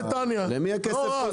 ליד הגשר.